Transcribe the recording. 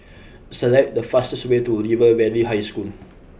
select the fastest way to River Valley High School